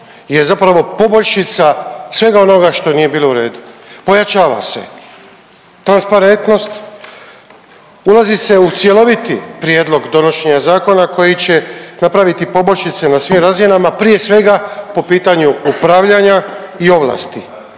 je zapravo poboljšica svega onoga što nije bilo u redu. Pojačava se transparentnost, ulazi se u cjeloviti prijedlog donošenja zakona koji će napraviti poboljšice na svim razinama prije svega po pitanju upravljanja i ovlasti